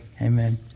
amen